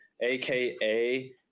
aka